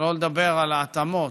שלא לדבר על ההתאמות,